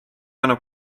annab